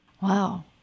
Wow